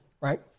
Right